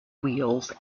wheels